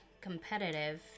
competitive